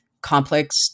complex